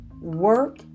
work